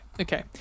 Okay